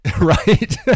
Right